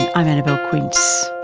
i'm annabelle quince.